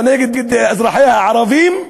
או נגד אזרחיה הערבים,